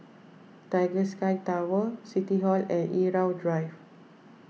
Tiger Sky Tower City Hall and Irau Drive